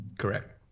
correct